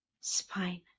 spine